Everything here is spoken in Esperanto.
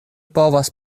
povas